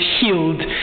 healed